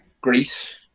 Greece